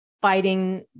fighting